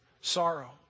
sorrow